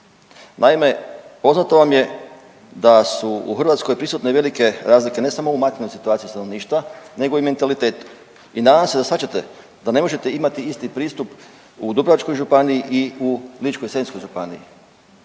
Naime, poznato vam je da su u Hrvatskoj prisutne velike razlike ne samo u materijalnoj situaciji stanovništva nego i mentalitetu i nadam se da shvaćate da ne može imati isti pristup u Dubrovačkoj županiji i u Ličko-senjskoj županiji.